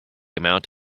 amount